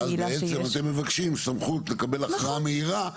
ואז בעצם אתם מבקשים סמכות לקבל הכרעה מהירה,